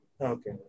Okay